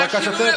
בקשתך,